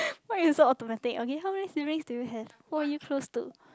why you so automatic okay how many siblings do you have who are you close to